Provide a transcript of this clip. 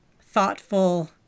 thoughtful